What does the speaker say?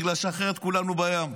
בגלל שאחרת כולנו בים.